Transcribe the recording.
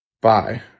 Bye